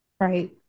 Right